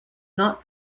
not